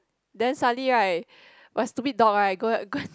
then suddenly right my stupid dog right go go and